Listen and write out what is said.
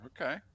Okay